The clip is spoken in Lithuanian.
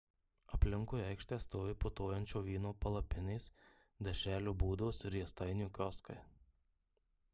aplinkui aikštę stovi putojančio vyno palapinės dešrelių būdos ir riestainių kioskai